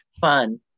fun